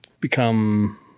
become